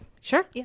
Sure